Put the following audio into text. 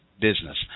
business